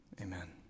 Amen